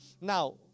Now